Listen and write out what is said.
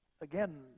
again